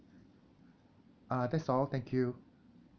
uh that's all thank you